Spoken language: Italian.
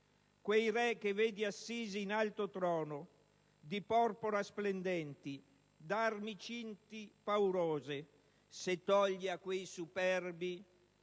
«Quei re che vedi assisi in alto trono, di porpora splendenti, d'arme cinti paurose. Se togli a quei superbi